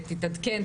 תתעדכן,